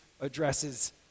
addresses